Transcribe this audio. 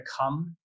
come